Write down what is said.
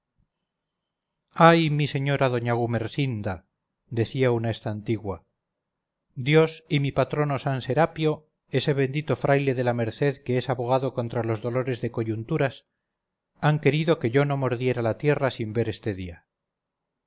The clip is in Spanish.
ay mi señora doña gumersinda decía una estantigua dios y mi patrono san serapio ese bendito fraile de la merced que es abogado contra los dolores de coyunturas han querido que yo no mordiera la tierra sin ver este día